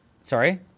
sorry